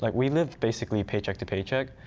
like we live basically paycheck to pay check.